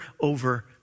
over